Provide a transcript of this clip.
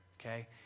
okay